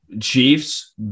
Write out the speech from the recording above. chiefs